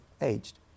aged